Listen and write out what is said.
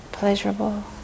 pleasurable